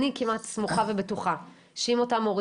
אני כמעט סמוכה ובטוחה שאם אותם הורים